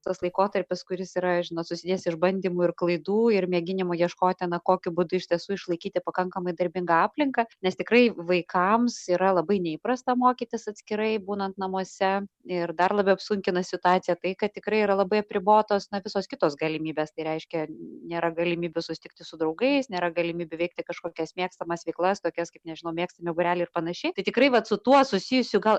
tas laikotarpis kuris yra žinot susidės išbandymų ir klaidų ir mėginimų ieškoti na kokiu būdu iš tiesų išlaikyti pakankamai darbingą aplinką nes tikrai vaikams yra labai neįprasta mokytis atskirai būnant namuose ir dar labiau apsunkina situaciją tai kad tikrai yra labai apribotos visos kitos galimybės tai reiškia nėra galimybių susitikti su draugais nėra galimybių veikti kažkokias mėgstamas veiklas tokias kaip nežinau mėgstami būreliai ir panašiai tai tikrai vat su tuo susijusių gal